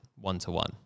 one-to-one